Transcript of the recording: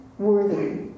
worthy